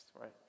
right